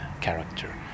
character